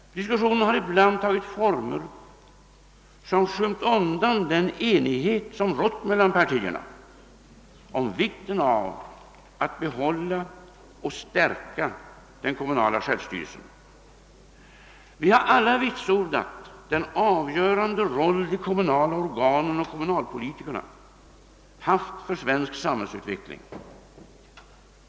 Diskussionen har ibland tagit former, som skymt undan den enighet som rått mellan partierna om vikten av att behålla och stärka den kommunala självstyrelsen. Vi har alla vitsordat den av görande roll de kommunala organen och kommunalpolitikerna haft för svensk samhällsutveckling.